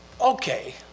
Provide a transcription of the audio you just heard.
Okay